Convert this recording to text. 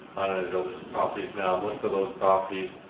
those properties. now most of those properties,